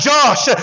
Josh